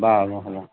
বাৰু হ'ব